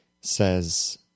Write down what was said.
says